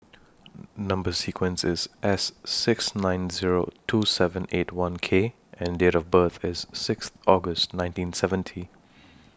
Number sequence IS S six nine Zero two seven eight one K and Date of birth IS Sixth August nineteen seventy